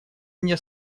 мне